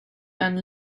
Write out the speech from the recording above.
and